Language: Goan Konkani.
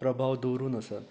प्रभाव दवरून आसात